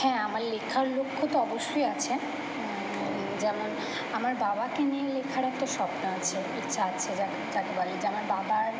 হ্যাঁ আমার লেখার লক্ষ্য তো অবশ্যই আছে যেমন আমার বাবাকে নিয়ে লেখার একটা স্বপ্ন আছে ইচ্ছা আছে যাকে বলে যে আমার বাবার